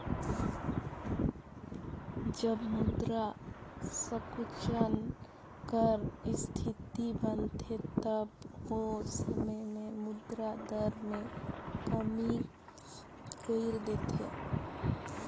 जब मुद्रा संकुचन कर इस्थिति बनथे तब ओ समे में मुद्रा दर में कमी कइर देथे